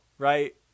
right